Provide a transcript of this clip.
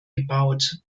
gebaut